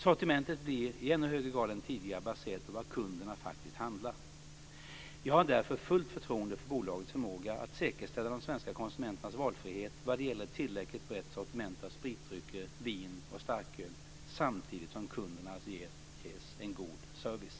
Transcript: Sortimentet blir i ännu högre grad än tidigare baserat på vad kunderna faktiskt handlar. Jag har därför fullt förtroende för bolagets förmåga att säkerställa de svenska konsumenternas valfrihet vad gäller ett tillräckligt brett sortiment av spritdrycker, vin och starköl samtidigt som kunderna ges en god service.